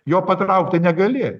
jo patraukti negali